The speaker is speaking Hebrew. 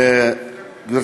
בבקשה.